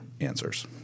Answers